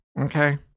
Okay